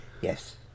Yes